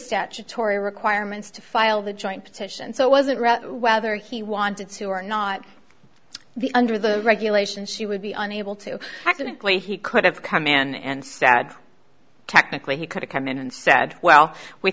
statutory requirements to file the joint petition so it wasn't read whether he wanted to or not the under the regulations she would be unable to technically he could have come in and sad technically he could've come in and said well we